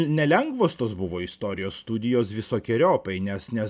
nelengvos tos buvo istorijos studijos visokeriopai nes nes